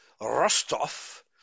Rostov